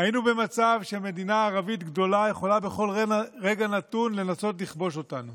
היינו במצב שמדינה ערבית גדולה יכולה בכל רגע נתון לנסות לכבוש אותנו